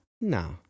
No